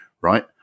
Right